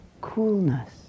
coolness